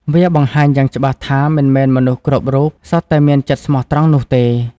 វាបង្ហាញយ៉ាងច្បាស់ថាមិនមែនមនុស្សគ្រប់រូបសុទ្ធតែមានចិត្តស្មោះត្រង់នោះទេ។